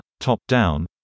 top-down